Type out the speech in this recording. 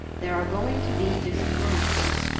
there are going to be disclosures.